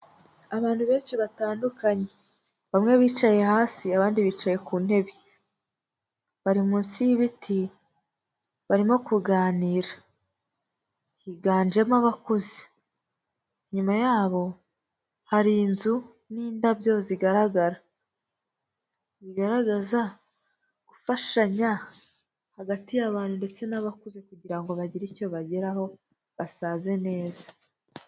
Abantu benshi batandukanye bamwe bicaye hasi abandi bicaye ku ntebe, bari munsi y'ibiti barimo kuganira, higanjemo abakuze, inyuma yabo hari inzu n'indabyo zigaragara, bigaragaza gufashanya hagati y'abantu ndetse n'abakuze kugira ngo bagire icyo bageraho, basaze neza.